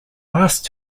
last